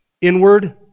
inward